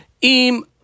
Im